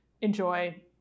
enjoy